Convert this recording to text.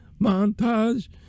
montage